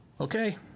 Okay